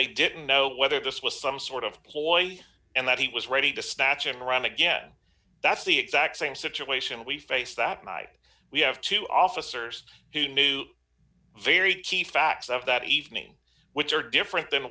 they didn't know whether this was some sort of ploy and that he was ready to snatch and run again that's the exact same situation we face that night we have two officers who knew very key facts of that evening which are different than